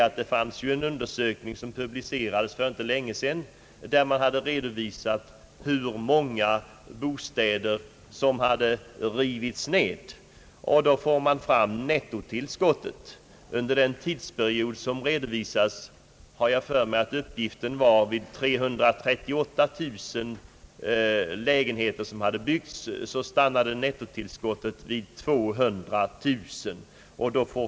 I en undersökning som publicerades ganska nyligen redovisas hur många bostäder som hade rivits. Man får då fram nettotillskottet. Under den period redovisningen avser vill jag minnas att det byggdes 338000 nya bostäder. Nettotillskottet stannade vid 200 000.